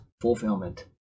fulfillment